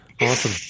Awesome